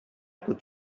could